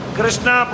Krishna